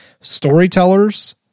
storytellers